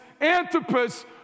Antipas